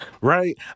right